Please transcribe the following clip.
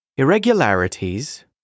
Irregularities